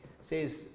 says